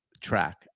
track